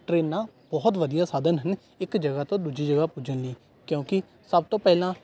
ਟਰੇਨਾਂ ਬਹੁਤ ਵਧੀਆ ਸਾਧਨ ਹਨ ਇੱਕ ਜਗ੍ਹਾ ਤੋਂ ਦੂਜੀ ਜਗ੍ਹਾ ਪੁੱਜਣ ਲਈ ਕਿਉਂਕਿ ਸਭ ਤੋਂ ਪਹਿਲਾਂ